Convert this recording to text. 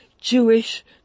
Jewish